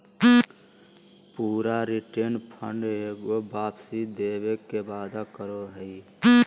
पूरा return fund एगो वापसी देवे के वादा करो हइ